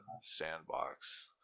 sandbox